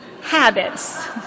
habits